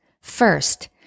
First